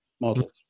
models